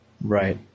right